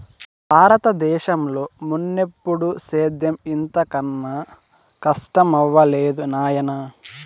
బారత దేశంలో మున్నెప్పుడూ సేద్యం ఇంత కనా కస్టమవ్వలేదు నాయనా